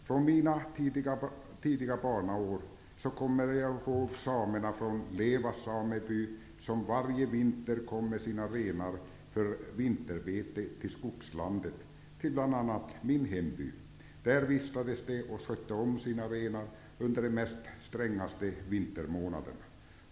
Från mina tidiga barnaår kommer jag ihåg samerna från Leva sameby som varje vinter kom med sina renar för vinterbete i skogslandet till bl.a. min hemby. Där vistades de och skötte om sina renar under de strängaste vintermånaderna.